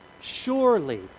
Surely